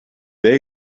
they